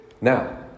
Now